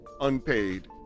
unpaid